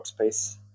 workspace